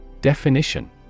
Definition